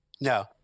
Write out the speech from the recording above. No